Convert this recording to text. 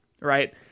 right